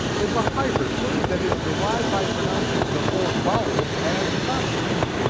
is a hybrid word that is derived by pronouncing the four vowels as consonants,